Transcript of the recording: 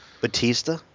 batista